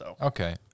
Okay